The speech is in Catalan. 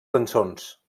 cançons